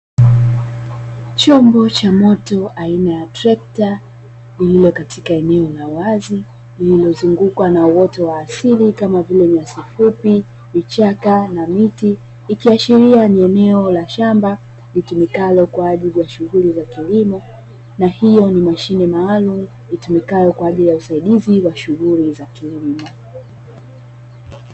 Chombo cha moto aina ya trekta lililokatika eneo la wazi, lililozungukwa na uoto wa asili kama vile: nyasi fupi, vichaka na miti, ikiashiria ni eneo la shamba litumikalo kwa ajili ya shughuli za kilimo, na hiyo ni mashine maalumu itumikayo kwa ajili ya usaidizi wa shughuli za kilimo.